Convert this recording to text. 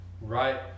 right